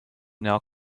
now